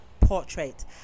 portrait